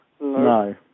No